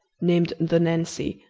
named the nancy,